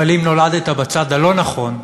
אבל אם נולדת בצד הלא-נכון,